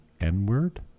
N-word